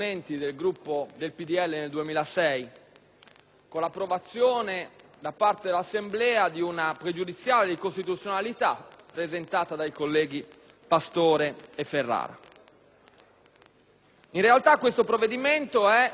con l'approvazione da parte dell'Assemblea di una pregiudiziale di costituzionalità, presentata dai colleghi Pastore e Ferrara. In realtà, questo provvedimento è strutturalmente diverso rispetto al passato,